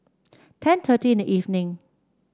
ten thirty in the evening